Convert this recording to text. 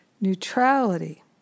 neutrality